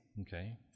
Okay